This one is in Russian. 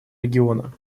региона